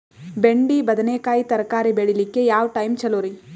ಬೆಂಡಿ ಬದನೆಕಾಯಿ ತರಕಾರಿ ಬೇಳಿಲಿಕ್ಕೆ ಯಾವ ಟೈಮ್ ಚಲೋರಿ?